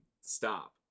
stop